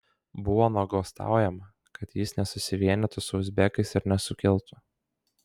buvo nuogąstaujama kad jis nesusivienytų su uzbekais ir nesukiltų